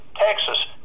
Texas